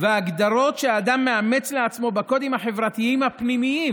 וההגדרות שהאדם מאמץ לעצמו בקודים החברתיים הפנימיים?